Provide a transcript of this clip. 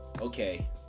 okay